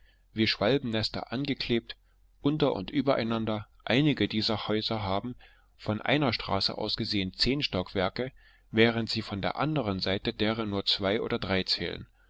wie schwalbennester angeklebt unter und übereinander einige dieser häuser haben von einer straße aus gesehen zehn stockwerke während sie von der anderen seite deren nur zwei oder drei zählen